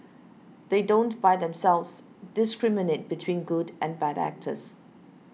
they don't by themselves discriminate between good and bad actors